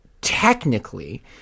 technically